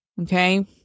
Okay